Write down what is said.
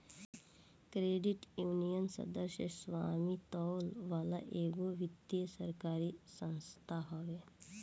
credit union, सदस्य स्वामित्व वाला एगो वित्तीय सरकारी संस्था हवे